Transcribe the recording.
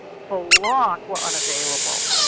for locke were unavailable,